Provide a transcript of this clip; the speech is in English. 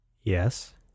yes